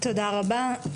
תודה רבה.